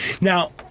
Now